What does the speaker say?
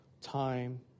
time